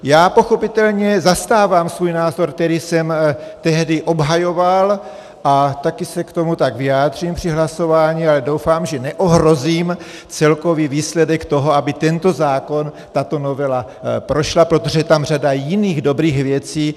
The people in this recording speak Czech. Já pochopitelně zastávám svůj názor, který jsem tehdy obhajoval, a také se k tomu tak vyjádřím při hlasování, ale doufám, že neohrozím celkový výsledek toho, aby tento zákon, tato novela prošla, protože je tam řada jiných dobrých věcí.